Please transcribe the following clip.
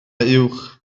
uwch